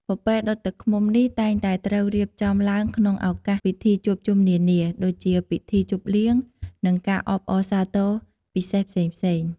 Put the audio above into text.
ពពែដុតទឹកឃ្មុំនេះ តែងតែត្រូវរៀបចំឡើងក្នុងឱកាសពិធីជួបជុំនានា ដូចជាពិធីជប់លៀង និងការអបអរសាទរពិសេសផ្សេងៗ។